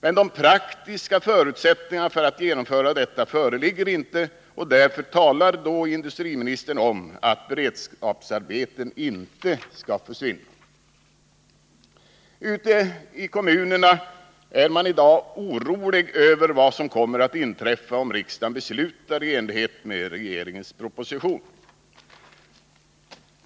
Men de praktiska förutsättningarna för att genomföra detta föreligger inte, och därför talar industriministern om att beredskapsarbeten inte skall försvinna. Ute i kommunerna är man i dag orolig för vad som kommer att inträffa, om riksdagen beslutar i enlighet med regeringens proposition.